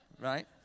right